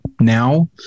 now